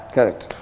Correct